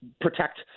protect